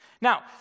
Now